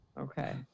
Okay